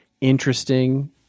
interesting